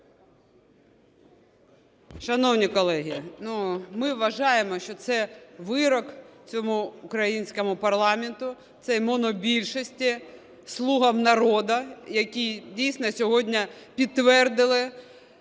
Шановні колеги, ми вважаємо, що це вирок цьому українському парламенту, цій монобільшості, "слугам народу", які дійсно сьогодні підтвердили